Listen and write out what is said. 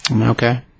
Okay